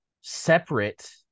separate